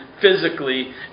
physically